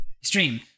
stream